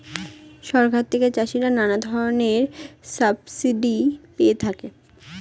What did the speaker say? সরকার থেকে চাষিরা নানা ধরনের সাবসিডি পেয়ে থাকে